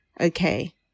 okay